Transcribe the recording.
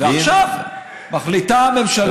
ועכשיו מחליטה הממשלה,